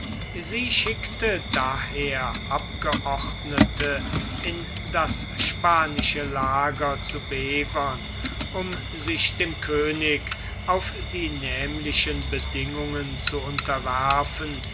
sie schickte daher abgeordnete in das spanische lager zu bevern um sich dem könig auf die nämlichen bedingungen zu unterwerfen